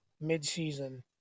mid-season